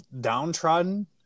downtrodden